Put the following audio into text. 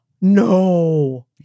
no